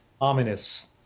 ominous